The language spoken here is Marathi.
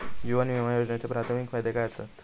जीवन विमा योजनेचे प्राथमिक फायदे काय आसत?